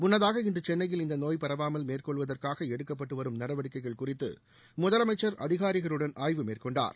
முன்னதாக இன்று சென்னையில் இந்த நோய் பரவாமல் மேற்கொள்வதற்காக எடுக்கப்பட்டு வரும் நடவடிக்கைகள் குறித்து முதலமைச்சா் அதிகாரிகளுடன் ஆய்வு மேற்கொண்டார்